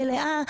מלאה,